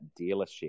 dealership